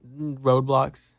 roadblocks